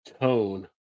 tone